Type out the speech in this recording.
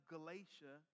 Galatia